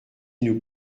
nous